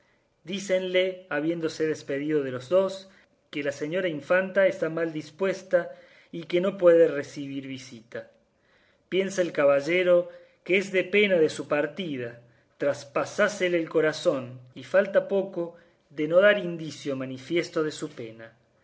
dícenle habiéndose despedido de los dos que la señora infanta está mal dispuesta y que no puede recebir visita piensa el caballero que es de pena de su partida traspásasele el corazón y falta poco de no dar indicio manifiesto de su pena